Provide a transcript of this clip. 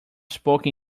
spoken